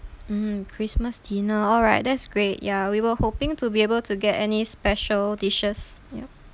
mm christmas dinner alright that's great ya we were hoping to be able to get any special dishes yup